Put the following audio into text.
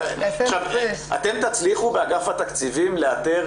אתם תצליחו באגף תקציבים לאתר